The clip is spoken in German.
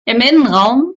innenraum